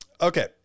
Okay